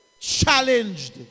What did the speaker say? challenged